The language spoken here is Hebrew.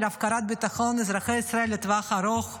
הפקרת ביטחון אזרחי ישראל לטווח ארוך,